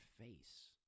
face